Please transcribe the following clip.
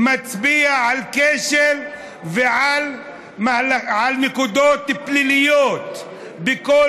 מצביע על כשל ועל נקודות פליליות בכל